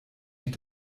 ich